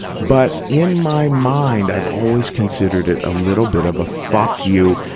but in my mind i've always considered it a little bit of a fuck you,